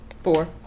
Four